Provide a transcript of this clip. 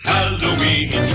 Halloween